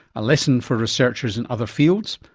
a lesson for researchers in other fields,